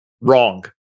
Wrong